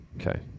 Okay